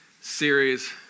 series